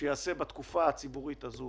שיעשה בתקופה הציבורית הזאת